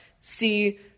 see